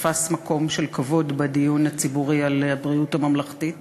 תפס מקום של כבוד בדיון הציבורי על הבריאות הממלכתית